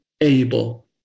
able